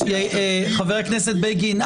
חבר הכנסת בגין,